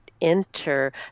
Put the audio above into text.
enter